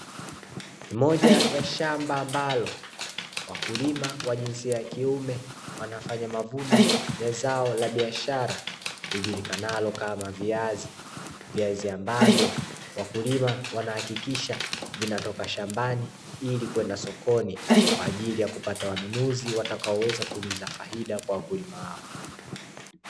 Moja ya shamba ambalo wakulima wa jinsia ya kiume wanafanya mavuno ya zao la biashara lijulikanalo kama viazi, viazi ambavyo wakulima wanahakikisha vinatoka shambani ili kwenda sokoni kwa ajili ya kupata wanunuzi watakaoweza kuingiza faida kwa wakulima hao.